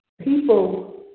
people